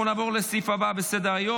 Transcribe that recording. אנחנו נעבור לסעיף הבא בסדר-היום,